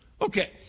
Okay